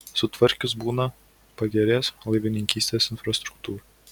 sutvarkius buną pagerės laivininkystės infrastruktūra